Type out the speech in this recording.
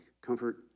comfort